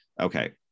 okay